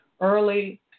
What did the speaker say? early